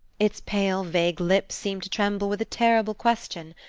its pale, vague lips seem to tremble with a terrible question.